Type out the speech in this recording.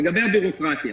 לגבי הביורוקרטיה,